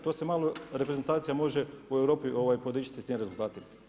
To se malo reprezentacija može po Europi podići s tim rezultatima.